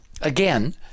again